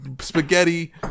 Spaghetti